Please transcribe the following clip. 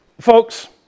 folks